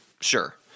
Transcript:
sure